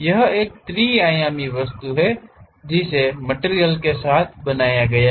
यह एक त्रि आयामी वस्तु है जिसे मटिरियल के साथ बनाया गया है